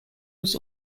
was